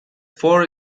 four